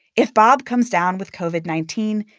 if bob comes down with covid nineteen,